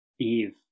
Eve